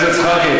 חבר הכנסת זחאלקה,